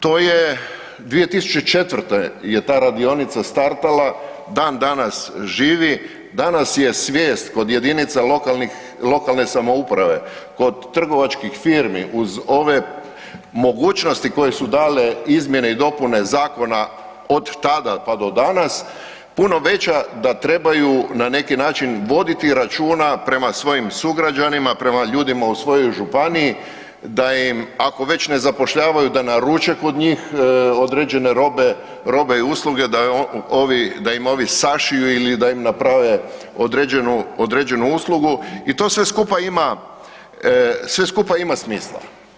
To je 2004. je ta radionica startala, dan danas živi, danas je svijest kod jedinica lokalne samouprave, kod trgovačkih firmi uz ove mogućnosti koje su dale izmjene i dopune zakona od tada pa do danas, puno veća, da trebaju na neki način voditi računa prema svojim sugrađanima, prema ljudima u svojoj županiji, da im, ako već ne zapošljavaju, da naruče kod njih određene robe i usluge, da ih ovi sašiju ili da im naprave određenu uslugu i to sve skupa ima, sve skupa ima smisla.